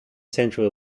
central